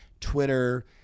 Twitter